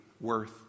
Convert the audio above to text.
worth